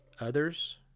Others